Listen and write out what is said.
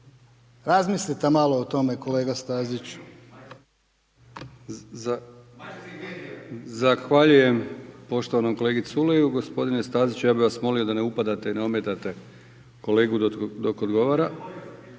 Razmislite malo o tome kolega Staziću.